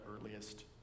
earliest